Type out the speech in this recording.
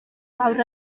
lawr